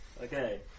Okay